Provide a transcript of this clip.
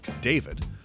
David